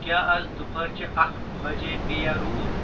کیٛاہ آز دُپہرچہِ اَکھ بجِے پیٚیا رود